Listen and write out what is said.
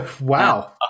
Wow